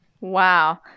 Wow